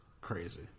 Crazy